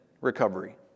recovery